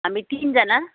हामी तिनजना